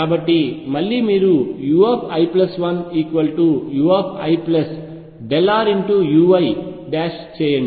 కాబట్టి మళ్లీ మీరు ui1uirui చేయండి